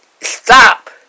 stop